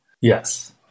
Yes